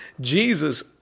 Jesus